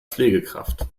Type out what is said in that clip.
pflegekraft